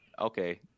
Okay